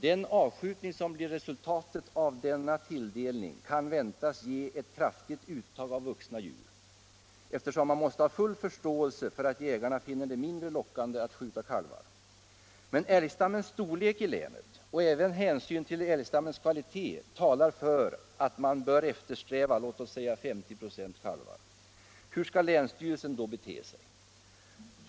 Den avskjutning som blir resultat av denna tilldelning kan väntas ge ett kraftigt uttag av vuxna djur, eftersom man måste ha full förståelse för att jägarna finner det mindre lockande att skjuta kalvar. Men älgstammens storlek i länet och även hänsynen till älgstammens kvalitet talar klart för att man bör eftersträva låt oss säga 50 96 kalvar. Hur skall länsstyrelsen då bete sig?